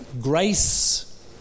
Grace